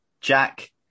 Jack